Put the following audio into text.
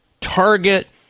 Target